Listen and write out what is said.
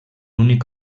únic